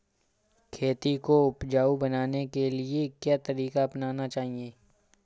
खेती को उपजाऊ बनाने के लिए क्या तरीका अपनाना चाहिए?